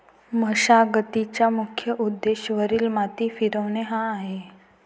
मशागतीचा मुख्य उद्देश वरील माती फिरवणे हा आहे